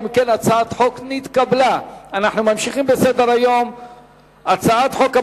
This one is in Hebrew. חוק הסדרת העיסוק בייעוץ השקעות,